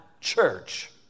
church